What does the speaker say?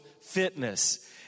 fitness